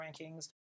rankings